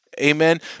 Amen